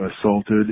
assaulted